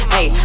Hey